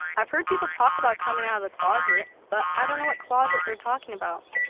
i've heard people talk about coming out of the closet, but i don't know what closet they're talking about.